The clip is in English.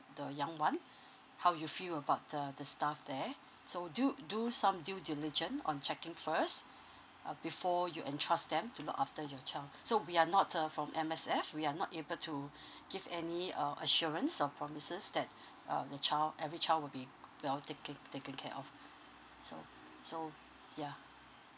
the young one how you feel about the the staff there so do do some due diligence on checking first uh before you entrust them to look after your child so we are not uh from M_S_F we are not able to give any uh assurance or promises that uh the child every child would be well taken taken care of so so yeah